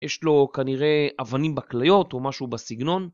יש לו כנראה אבנים בכליות או משהו בסגנון.